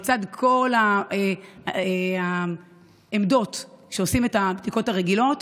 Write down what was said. לצד כל העמדות שבהן עושים את הבדיקות הרגילות,